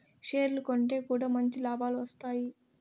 షేర్లు కొంటె కూడా మంచి లాభాలు వత్తాయి